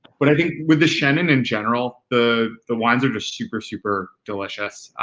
but i think with the chenin in general, the the wines are just super, super delicious,